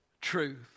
truth